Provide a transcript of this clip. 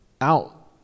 out